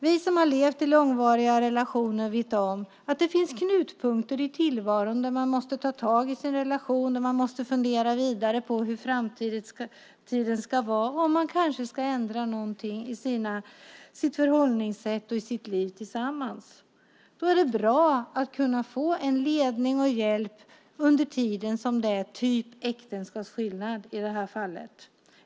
Vi som har levt i långvariga relationer vet om att det finns knutpunkter i tillvaron där man måste ta tag i sin relation och fundera vidare på hur framtiden ska vara och om man kanske ska ändra någonting i sitt förhållningssätt och sitt liv tillsammans. Då är det bra att kunna få ledning och hjälp under tiden som i det här fallet vid äktenskapsskillnad.